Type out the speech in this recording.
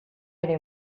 ere